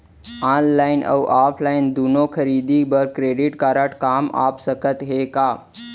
Online अऊ offline दूनो खरीदी बर क्रेडिट कारड काम आप सकत हे का?